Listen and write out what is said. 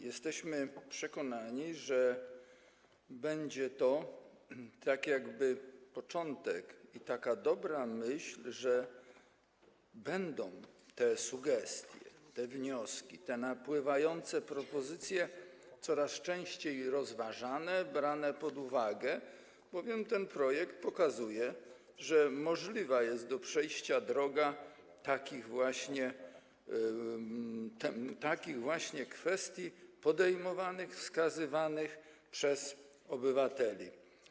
Jesteśmy przekonani, że będzie to tak jakby początek, taka dobra myśl, że te sugestie, te wnioski, te napływające propozycje będą coraz częściej rozważane, brane pod uwagę, bowiem ten projekt pokazuje, że możliwa jest do przejścia ta droga, jeżeli chodzi o takie kwestie podejmowane, wskazywane przez obywateli.